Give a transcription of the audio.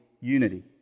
unity